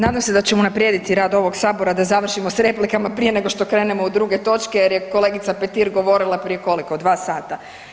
Nadam se da ćemo unaprijediti rad ovog Sabora da završimo s replikama prije nego što krenemo u druge točke jer je kolegica Petir govorila prije koliko, 2 sata.